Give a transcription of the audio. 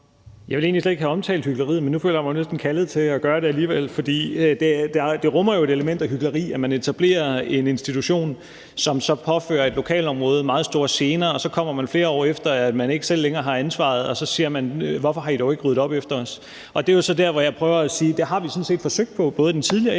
Jeg ville egentlig slet ikke have omtalt hykleriet, men nu føler jeg mig jo næsten kaldet til at gøre det alligevel. For det rummer jo et element af hykleri, at man etablerer en institution, som så påfører et lokalområde meget store gener, og så kommer man flere år efter, hvor man ikke selv har ansvaret, og så siger man: Hvorfor har I dog ikke ryddet op efter os? Det er jo så der, hvor jeg prøver at sige, at det har vi sådan set forsøgt på, både den tidligere S-regering